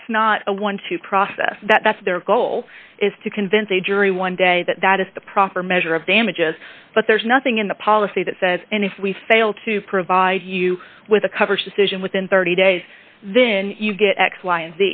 that's not a one to process that's their goal is to convince a jury one day that that is the proper measure of damages but there's nothing in the policy that says and if we fail to provide you with a coverage decision within thirty days then you get x y and